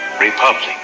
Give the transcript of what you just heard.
Republic